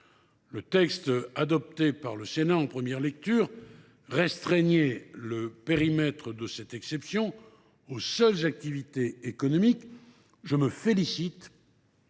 Le texte adopté par le Sénat en première lecture restreignait le périmètre de cette exception aux seules activités économiques. Je me félicite